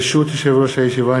ברשות יושב-ראש הישיבה,